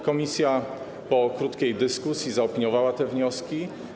Komisja po krótkiej dyskusji zaopiniowała te wnioski.